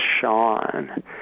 Sean